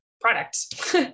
product